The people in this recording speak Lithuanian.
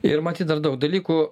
ir matyt dar daug dalykų